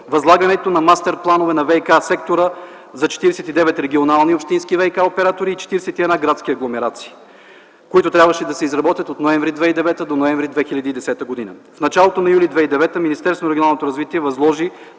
възлагането на мастер-планове на ВиК-сектора за 49 регионални общински ВиК-оператори и 41 градски агломерации, които трябваше да се изработят от м. ноември 2009 г. до м. ноември 2010 г. В началото на юли 2009 г. Министерството на регионалното развитие и